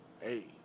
hey